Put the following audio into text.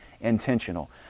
intentional